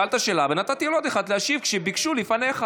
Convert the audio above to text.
שאלת שאלה ונתתי לעוד אחד להשיב כשביקשו לפניך,